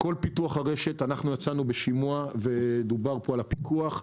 פיתוח הרשת, יצאנו בשימוע ודובר פה על הפיקוח.